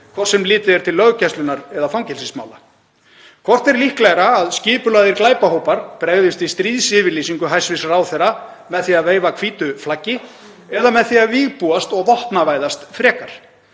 hvort sem litið er til löggæslunnar eða fangelsismála. Hvort er líklegra að skipulagðir glæpahópar bregðist við stríðsyfirlýsingu hæstv. ráðherra með því að veifa hvítu flaggi eða með því að vígbúast og vopnavæðast frekar?